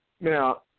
Now